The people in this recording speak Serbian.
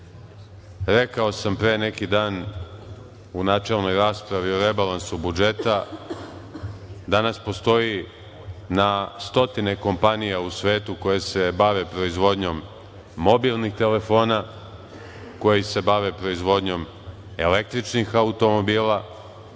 sam pre neki dan u načelnoj raspravi o rebalansu budžeta, danas postoji na stotine kompanija u svetu koje se bave proizvodnjom mobilnih telefona, koje se bave proizvodnjom električnih automobila,